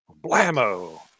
Blammo